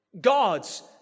God's